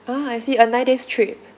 ah I see a nine days trip